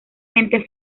gente